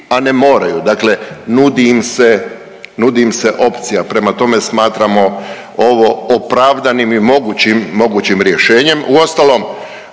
a ne moraju, dakle nudi im se, nudi im se opcija. Prema tome smatramo ovo opravdanim i mogućim, mogućim rješenje. Uostalom